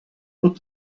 pot